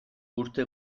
urte